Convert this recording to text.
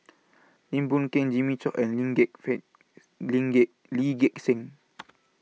Lim Boon Keng Jimmy Chok and Lim Gek Seng Lim Gek Lee Gek Seng